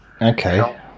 okay